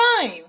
time